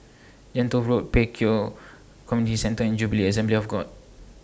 Gentle Road Pek Kio Community Centre and Jubilee Assembly of God